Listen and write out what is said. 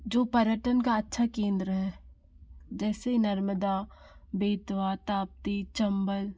जो पर्यटन का अच्छा केंद्र है जैसे नर्मदा बेतवा ताप्ती चंबल